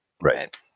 Right